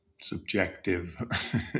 subjective